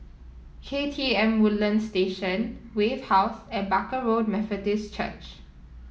K T M Woodlands Station Wave House and Barker Road Methodist Church